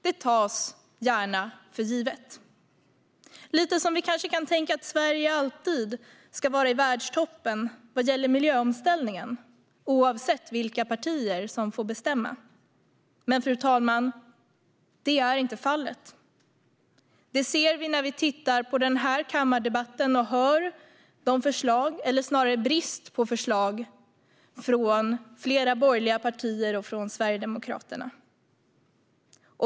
Det tas gärna för givet - lite som vi kanske kan tänka att Sverige alltid ska vara i världstoppen när det gäller miljöomställningen, oavsett vilka partier som får bestämma. Fru talman! Så är dock inte fallet. Det märker vi när vi lyssnar på denna kammardebatt och de förslag, eller snarare brist på förslag, som kommer från flera borgerliga partier och från Sverigedemokraterna.